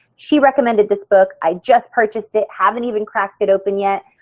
she recommended this book. i just purchased it, haven't even cracked it open yet.